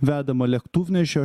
vedama lėktuvnešio